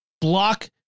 block